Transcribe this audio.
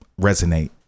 resonate